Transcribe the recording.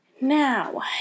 Now